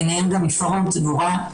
ביניהן גם מפורום דבורה.